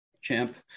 champ